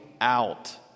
out